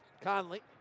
Conley